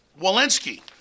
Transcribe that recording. Walensky